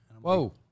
whoa